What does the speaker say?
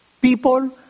People